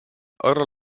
other